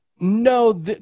No